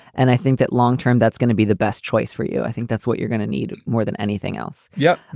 and i think that long term, that's gonna be the best choice for you. i think that's what you're gonna need more than anything else. yeah,